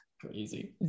crazy